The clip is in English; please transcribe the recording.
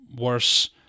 worse